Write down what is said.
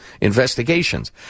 investigations